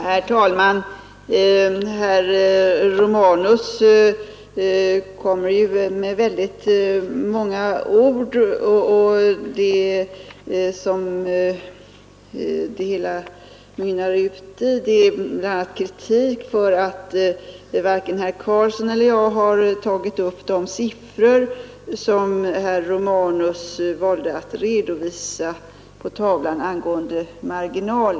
Herr talman! Herr Romanus var ju mycket ordrik i sitt senaste anförande, som utmynnade i en kritik för att varken herr Karlsson i Huskvarna eller jag tog upp de siffror om marginalskatteeffekterna, som herr Romanus valde att redovisa på TV-skärmen.